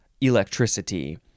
electricity